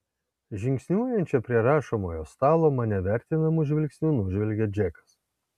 žingsniuojančią prie rašomojo stalo mane vertinamu žvilgsniu nužvelgia džekas